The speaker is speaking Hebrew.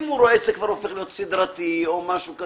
אם הוא רואה שזה הופך להיות סדרתי אחד.